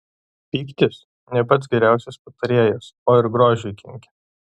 pyktis ne pats geriausias patarėjas o ir grožiui kenkia